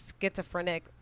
schizophrenic